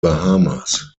bahamas